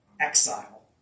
exile